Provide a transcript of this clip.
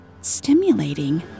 stimulating